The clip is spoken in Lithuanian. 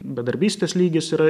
bedarbystės lygis yra